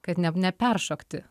kad neb neperšokti